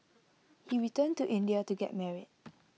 he returned to India to get married